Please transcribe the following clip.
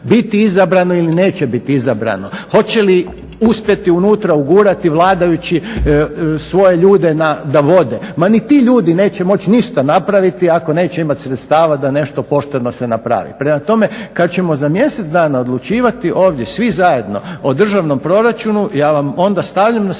biti izabrano ili neće biti izabrano, hoće li uspjeti unutra ugurati vladajući svoje ljude da vode. Ma ni ti ljudi neće moći ništa napraviti ako neće imati sredstava da nešto pošteno se napravi. Prema tome, kad ćemo za mjesec dana odlučivati ovdje svi zajedno o državnom proračunu ja vam onda stavljam na srce sjetimo